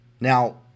Now